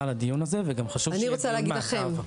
על הדיון הזה וגם שחשוב מאוד שיהיה דיון מעקב.